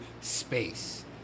space